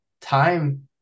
time